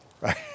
right